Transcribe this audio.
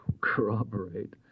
corroborate